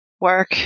work